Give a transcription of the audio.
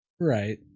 Right